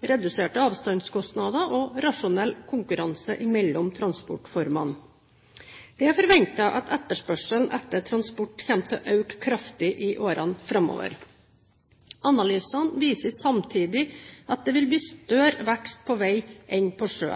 reduserte avstandskostnader og rasjonell konkurranse mellom transportformene. Det er forventet at etterspørselen etter transport kommer til øke kraftig i årene framover. Analysene viser samtidig at det vil bli større vekst på vei enn på sjø.